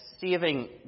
saving